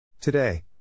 Today